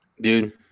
dude